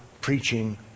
preaching